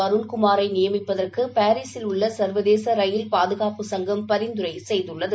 அருண் குமாரைநியமிப்பதற்குபாரீசில் உள்ளசர்வதேசரயில் பாதுகாப்பு சங்கம் பரிந்துரைசெய்துள்ளது